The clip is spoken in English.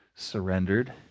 surrendered